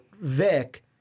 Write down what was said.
Vic